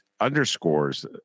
underscores